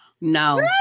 No